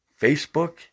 Facebook